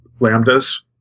lambdas